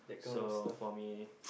so for me